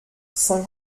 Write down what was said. saint